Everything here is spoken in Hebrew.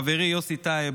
חברי יוסף טייב,